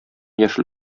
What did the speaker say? яшел